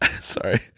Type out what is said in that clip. Sorry